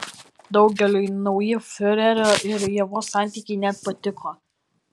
daugeliui nauji fiurerio ir ievos santykiai net patiko